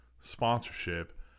sponsorship